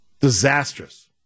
Disastrous